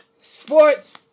sports